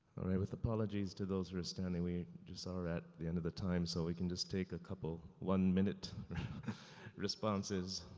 alright, with apologies to those who are standing we just are at the end of the time. so we can just take a couple one minute responses.